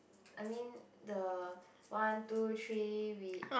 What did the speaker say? I mean the one two three we